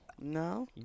No